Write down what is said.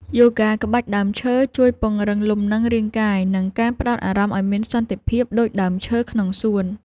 យូហ្គាក្បាច់ដើមឈើ ជួយពង្រឹងលំនឹងរាងកាយ និងការផ្ដោតអារម្មណ៍ឱ្យមានសន្តិភាពដូចដើមឈើក្នុងសួន។